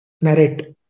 narrate